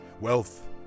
Wealth